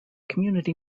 community